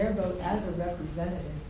as a representative.